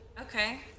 Okay